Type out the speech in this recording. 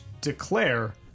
declare